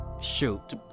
shoot